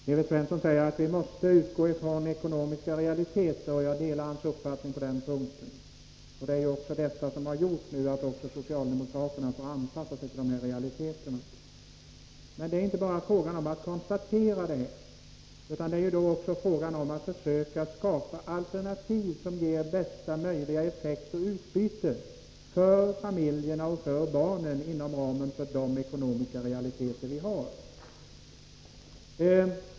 Herr talman! Evert Svensson säger att vi måste utgå från ekonomiska realiteter. Jag delar hans uppfattning på den punkten. Också socialdemokraterna har alltså fått anpassa sig till de här realiteterna. Men det är inte bara fråga om att konstatera det, utan man måste också försöka skapa alternativ som ger bästa möjliga effekt och utbyte för familjerna och barnen inom ramen för de ekonomiska realiteter vi har.